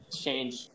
Change